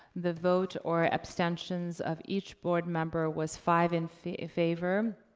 the vote or abstentions of each board member was five in favor,